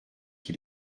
qui